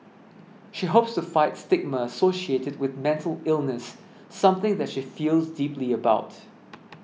she hopes to fight stigma associated with mental illness something that she feels deeply about